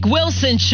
Wilson